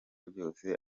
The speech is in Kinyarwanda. byose